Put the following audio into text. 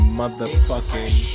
motherfucking